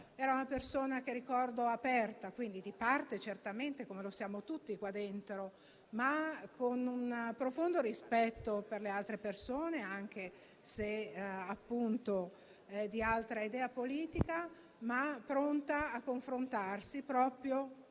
Era una persona che ricordo aperta, di parte, certamente, come lo siamo tutti qua dentro, ma con un profondo rispetto per le altre persone, anche se, appunto, di altra idea politica. Pronta a confrontarsi